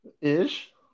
ish